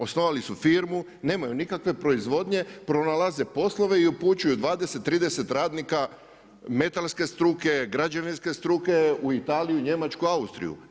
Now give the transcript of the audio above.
Osnovali su firmu, nemaju nikakve proizvodnje, pronalaze poslove i upućuju 20, 30 radnika metalske struke, građevinske struke u Italiju, njemačku, Austriju.